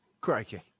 Crikey